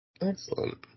Excellent